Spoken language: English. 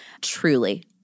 Truly